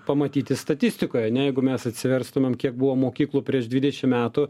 pamatyti statistikoje ane jeigu mes atsiverstumėm kiek buvo mokyklų prieš dvidešim metų